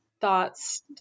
Thoughts